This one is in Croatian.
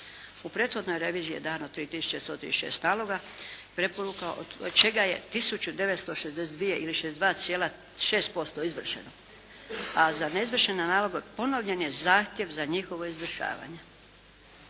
U prethodnoj reviziji je dano 3 tisuće 136 naloga i preporuka od čega je tisuću 962 ili 62,6% izvršeno. A za neizvršene naloge ponovljen je zahtjev za njihovo izvršavanje.